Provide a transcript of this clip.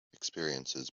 experiences